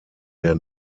der